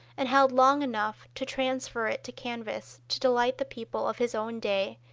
and held long enough to transfer it to canvas to delight the people of his own day,